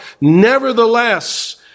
Nevertheless